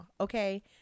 okay